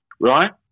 right